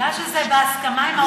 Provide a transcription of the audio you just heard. מכיוון שזה בהסכמה עם האופוזיציה,